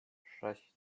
sześć